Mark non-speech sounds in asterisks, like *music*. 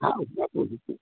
*unintelligible*